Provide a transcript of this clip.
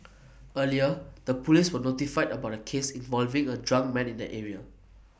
earlier the Police were notified about A case involving A drunk man in the area